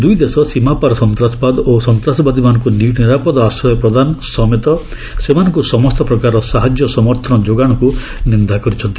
ଦୁଇଦେଶ ସୀମାପାର ସନ୍ତାସବାଦ ଓ ସନ୍ତ୍ରାସବାଦୀମାନଙ୍କୁ ନିରାପଦ ଆଶ୍ରୟ ପ୍ରଦାନ ସମେତ ସେମାନଙ୍କୁ ସମସ୍ତ ପ୍ରକାରର ସାହାଯ୍ୟ ସମର୍ଥନ ଯୋଗାଣକୁ ନିନ୍ଦା କରିଛନ୍ତି